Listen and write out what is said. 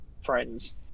friends